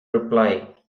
reply